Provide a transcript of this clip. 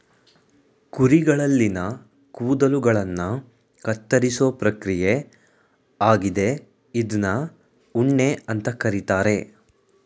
ಕುರಿಗಳಲ್ಲಿನ ಕೂದಲುಗಳನ್ನ ಕತ್ತರಿಸೋ ಪ್ರಕ್ರಿಯೆ ಆಗಿದೆ ಇದ್ನ ಉಣ್ಣೆ ಅಂತ ಕರೀತಾರೆ